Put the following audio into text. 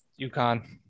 UConn